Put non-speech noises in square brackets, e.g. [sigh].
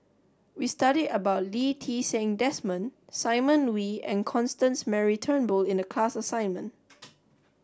we studied about Lee Ti Seng Desmond Simon Wee and Constance Mary Turnbull in the class assignment [noise]